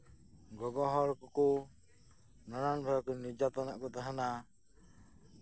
ᱜᱚᱜᱚ ᱦᱚᱲ ᱠᱩ ᱱᱟᱱᱟᱱ ᱵᱷᱟᱵᱮ ᱠᱚ ᱱᱤᱨᱡᱟᱛᱚᱱᱮᱫ ᱛᱟᱦᱮᱸᱱᱟ